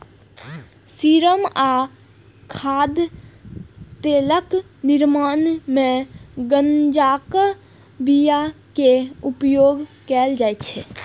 serum आ खाद्य तेलक निर्माण मे गांजाक बिया के उपयोग कैल जाइ छै